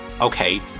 Okay